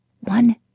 One